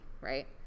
right